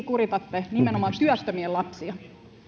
kuritatte nimenomaan työttömien lapsia